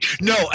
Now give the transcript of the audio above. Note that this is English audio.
No